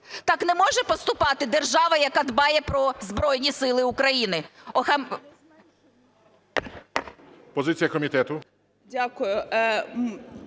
Так не може поступати держава, яка дбає про Збройні Сили України.